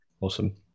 Awesome